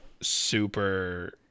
super